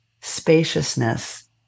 spaciousness